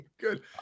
good